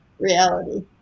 reality